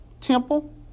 temple